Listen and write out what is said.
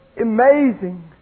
amazing